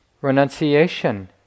renunciation